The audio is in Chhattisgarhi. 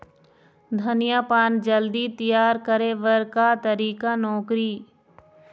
धनिया पान जल्दी तियार करे बर का तरीका नोकरी?